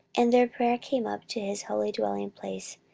and their prayer came up to his holy dwelling place,